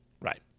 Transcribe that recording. Right